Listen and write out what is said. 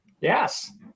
Yes